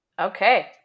Okay